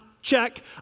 check